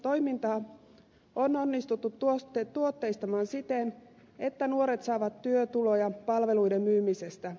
toimintaa on onnistuttu tuotteistamaan myös siten että nuoret saavat työtuloja palveluiden myymisestä